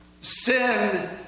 sin